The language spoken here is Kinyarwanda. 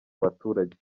abaturage